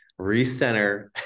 recenter